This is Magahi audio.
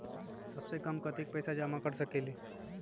सबसे कम कतेक पैसा जमा कर सकेल?